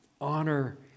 Honor